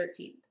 13th